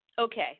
okay